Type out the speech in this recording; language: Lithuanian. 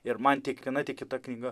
ir man tiek viena tiek kita knyga